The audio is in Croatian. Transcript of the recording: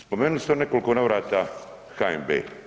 Spomenuli ste u nekoliko navrata HNB.